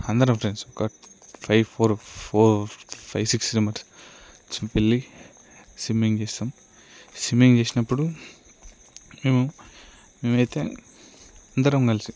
అందరం ఫ్రెండ్స్ ఒక five four four five six members చే వెళ్ళి స్విమ్మింగ్ చేస్తాం స్విమ్మింగ్ చేసినప్పుడు మేము మేము అయితే అందరం కలిసి